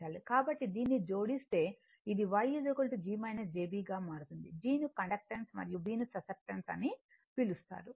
కాబట్టి దీన్ని జోడిస్తే అది Y g j b గా మారుతుంది g ను కండక్టెన్స్ మరియు b ను ససెప్టెన్స్ అని పిలుస్తారు